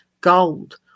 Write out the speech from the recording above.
gold